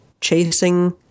chasing